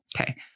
Okay